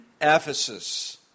Ephesus